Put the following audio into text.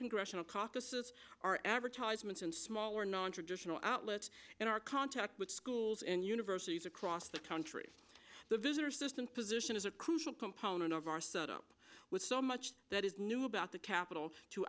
congressional caucuses are advertisements in smaller nontraditional outlets in our contact with schools and universities across the country the visitor system position is a crucial component of our set up with so much that is new about the capital to